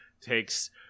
takes